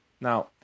Now